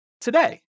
today